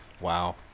Wow